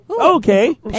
Okay